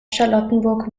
charlottenburg